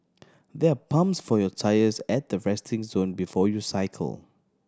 there are pumps for your tyres at the resting zone before you cycle